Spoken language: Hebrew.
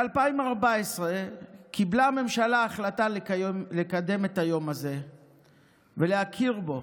ב-2014 קיבלה הממשלה החלטה לקדם את היום הזה ולהכיר בו